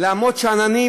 שמתקיימת